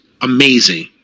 amazing